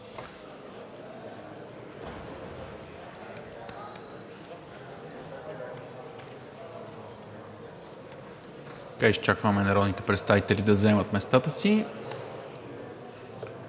Изчакваме народните представители да заемат местата си,